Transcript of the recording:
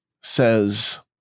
says